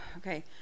okay